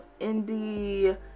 indie